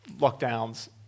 Lockdowns